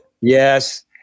Yes